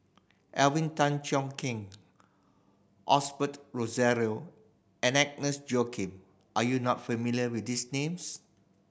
Alvin Tan Cheong Kheng Osbert Rozario and Agnes Joaquim are you not familiar with these names